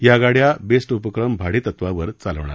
या गाड्या बेस्ट उपक्रम भाडेतत्वावर चालणार आहेत